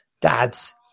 dads